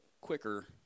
quicker